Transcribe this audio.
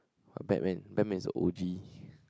Batman Batman is the O G